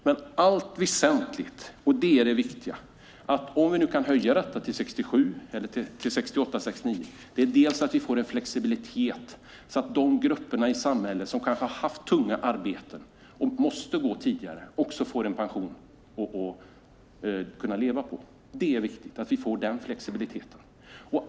Men det väsentliga om vi kan höja pensionsåldern till 67, 68 eller 69 är att vi får en flexibilitet, så att de grupper i samhället som kanske har haft tunga arbeten och måste gå i pension tidigare också får en pension som de kan leva på. Det är viktigt att vi får denna flexibilitet.